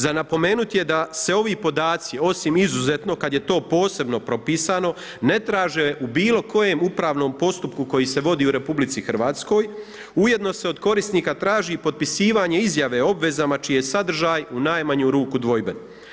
Za napomenuti je da se ovi podaci, osim izuzetno, kada je to posebno propisano, traže u bilo kojem upravnom postupku, koji se vodi u RH, ujedno se od korisnika traži i potpisivanje izjave o obvezama, čiji je sadržaj u najmanju ruku dvojben.